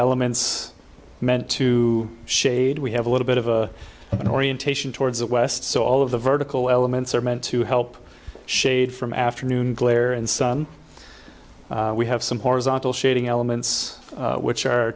elements meant to shade we have a little bit of a an orientation towards the west so all of the vertical elements are meant to help shade from afternoon glare and sun we have some horizontal shading elements which are